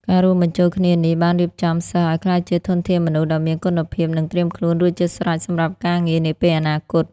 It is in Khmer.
ការរួមបញ្ចូលគ្នានេះបានរៀបចំសិស្សឱ្យក្លាយជាធនធានមនុស្សដ៏មានគុណភាព និងត្រៀមខ្លួនរួចជាស្រេចសម្រាប់ការងារនាពេលអនាគត។